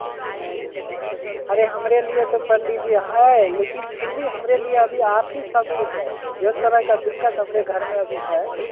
नहीं नहीं अरे हमारे लिए तो पंडित जी हैं लेकिन फिर भी हमारे लिए अभी आप ही सब कुछ हैं जे तरह का दिक्कत हमारे घर में अभी है